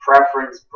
Preference